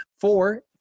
Four